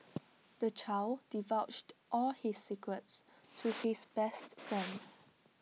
the child divulged all his secrets to his best friend